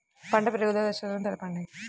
పంట పెరుగుదల దశలను తెలపండి?